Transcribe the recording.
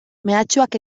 mehatxuak